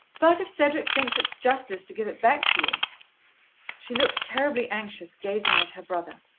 but if cedric thinks it's justice to give it back to you she looked terribly anxious, gazing at her brother.